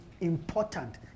important